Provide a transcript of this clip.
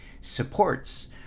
supports